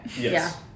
Yes